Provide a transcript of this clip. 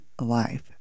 life